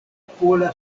pola